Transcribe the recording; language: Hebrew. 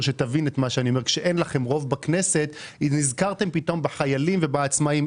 שתבין את מה שאני אומר - נזכרתם פתאום בחיילים ובעצמאים.